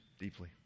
deeply